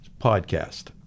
podcast